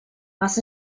was